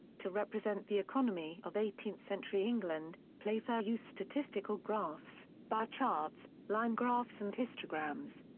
to represent the economy of eighteenth century england, playfair used statistical graphs, bar charts, line graphs and histograms.